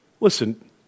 Listen